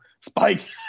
spike